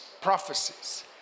prophecies